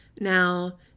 Now